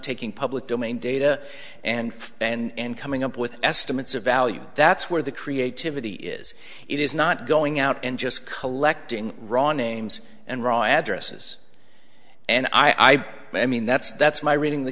taking public domain data and and coming up with estimates of value that's where the creativity is it is not going out and just collecting raw names and raw addresses and i i i mean that's that's my reading the